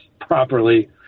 properly